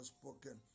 spoken